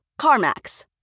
CarMax